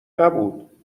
نبود